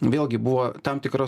vėlgi buvo tam tikra